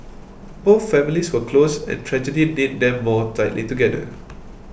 both families were close and tragedy knit them more tightly together